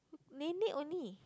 nenek only